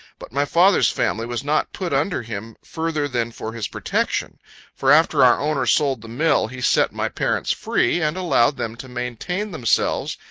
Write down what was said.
but my father's family was not put under him further than for his protection for after our owner sold the mill, he set my parents free, and allowed them to maintain themselves,